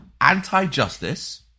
anti-justice